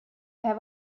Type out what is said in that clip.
have